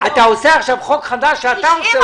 זה חוק חדש שאתה מחוקק.